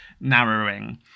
narrowing